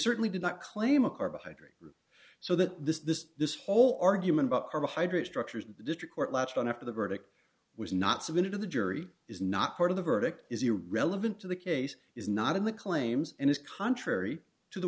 certainly did not claim a carbohydrate so that this this whole argument about carbohydrate structures in the district court latched on after the verdict was not submitted to the jury is not part of the verdict is irrelevant to the case is not in the claims and is contrary to the